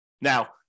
Now